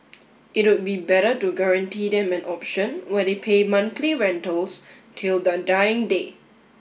it would be better to guarantee them an option where they pay monthly rentals till their dying day